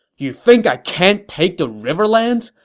you think i can't take the riverlands!